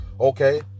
okay